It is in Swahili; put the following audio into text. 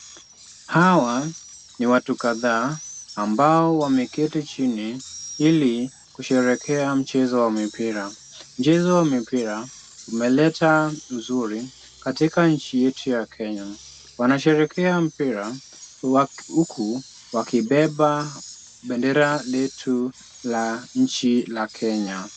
Hawa ni watu kadha ambao wameketi chini ili kusherehekea mchezo wa mipira. Mchezo wa mpira umeleta uzuri katika nchi yetu ya Kenya, wanasherehekea mpira huku wakibeba bendera letu la nchi ya Kenya.